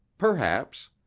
perhaps.